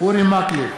אורי מקלב,